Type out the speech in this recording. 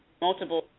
multiple